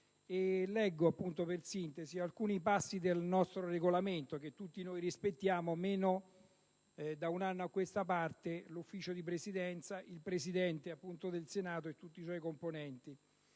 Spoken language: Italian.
leggere alcuni commi del nostro Regolamento, che tutti noi rispettiamo, meno, da un anno a questa parte, il Consiglio di Presidenza, il Presidente del Senato e tutti i suoi componenti.